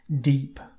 deep